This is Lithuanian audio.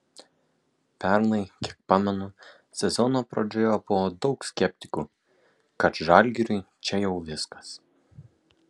pernai kiek pamenu sezono pradžioje buvo daug skeptikų kad žalgiriui čia jau viskas